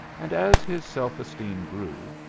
and as his self-esteem grew,